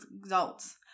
results